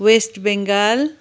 West Bengal